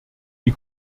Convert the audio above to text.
die